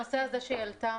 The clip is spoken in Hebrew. הנושא הזה שהיא העלתה,